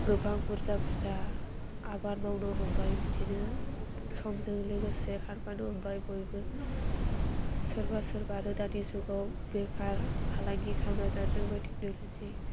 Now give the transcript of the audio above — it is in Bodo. गोबां बुरजा बुरजा आबाद मावनो हमबाय बिदिनो समजों लोगोसे खारफानो हमबाय बयबो सोरबा सोरबा आरो दानि जुगाव बेफार फालांगि खालामनानै जानो रोंबाय टेक्नल'जि